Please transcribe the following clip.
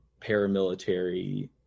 paramilitary